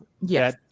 yes